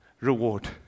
reward